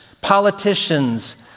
politicians